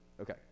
Okay